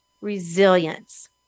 resilience